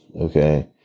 Okay